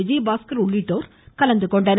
விஜயபாஸ்கர் உள்ளிட்டோர் கலந்துகொண்டனர்